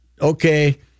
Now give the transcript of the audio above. okay